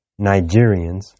Nigerians